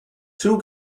two